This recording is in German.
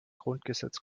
grundgesetz